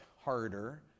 harder